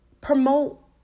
promote